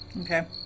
Okay